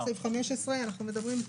על סעיף 15 אנחנו מדברים?